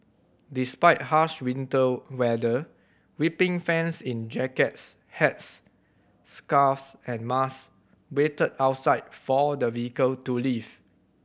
despite harsh winter weather weeping fans in jackets hats scarves and mask waited outside for the vehicle to leave